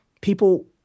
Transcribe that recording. people